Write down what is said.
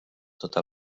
tota